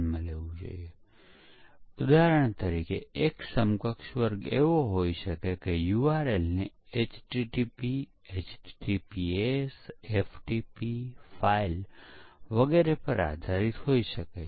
પરંતુ વપરાશકર્તાઓને ખરેખર તેનો અનુભવ થતો નથી કેમકે એ ભૂલો અથવા નિષ્ફળતાનો કોડ આપતા પહેલા પરીક્ષણ કરવામાં આવે છે